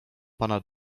pana